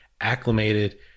acclimated